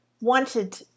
wanted